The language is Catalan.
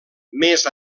més